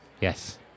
Yes